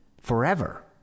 forever